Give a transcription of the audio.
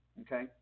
Okay